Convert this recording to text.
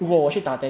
mm